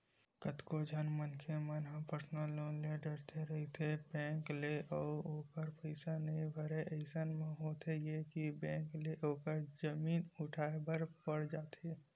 कतको झन मनखे मन ह पर्सनल लोन ले डरथे रहिथे बेंक ले अउ ओखर पइसा नइ भरय अइसन म होथे ये के बेंक ल ओखर जोखिम उठाय बर पड़ जाथे